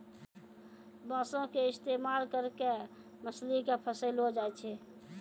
बांसो के इस्तेमाल करि के मछली के फसैलो जाय छै